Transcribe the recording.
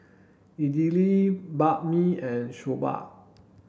Idili Banh Mi and Soba